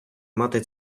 мати